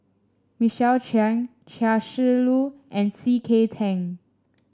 Michael Chiang Chia Shi Lu and C K Tang